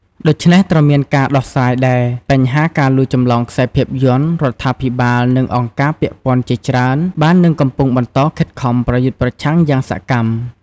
ដូច្នេះត្រូវមានការដោះស្រាយដែរ បញ្ហាការលួចចម្លងខ្សែភាពយន្ត រដ្ឋាភិបាល និងអង្គការពាក់ព័ន្ធជាច្រើនបាននិងកំពុងបន្តខិតខំប្រយុទ្ធប្រឆាំងយ៉ាងសកម្ម។